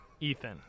Ethan